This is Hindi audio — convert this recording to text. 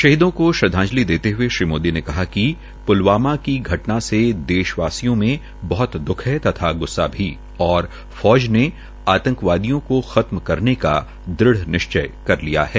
शहीदों को श्रद्वाजंलि देते हये श्री मोदी ने कहा कि प्लवामा की घटना से देशवासियों में बह्त दखी है तथा गस्सा भी और फौज ने आंतकवादियों को खत्म करने का दृढ़ निश्चिय कर लिया है